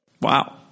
Wow